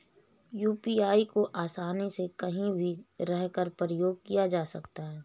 UPI को आसानी से कहीं भी रहकर प्रयोग किया जा सकता है